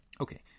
Okay